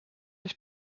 ich